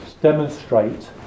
demonstrate